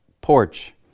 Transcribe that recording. Porch